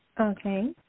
Okay